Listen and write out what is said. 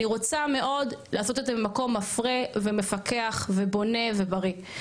אני רוצה מאוד לעשות את זה ממקום מפרה ומפקח ובונה ובריא.